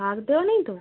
দেওয়া নেই তো